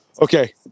Okay